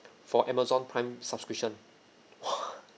for amazon prime subscription !wah!